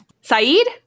Saeed